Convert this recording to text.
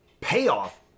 payoff